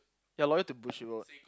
you are loyal to Bushiroad